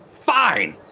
Fine